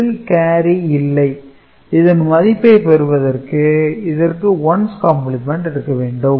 இதில் கேரி இல்லை இதன் மதிப்பை பெறுவதற்கு இதற்கு 1's கம்பிளிமெண்ட் எடுக்க வேண்டும்